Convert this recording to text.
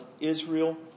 Israel